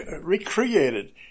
recreated